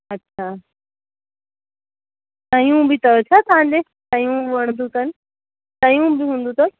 अच्छा सयूं बि अथव तव्हांजो सयूं वणंदियूं अथनि सयूं बि हूंदी अथव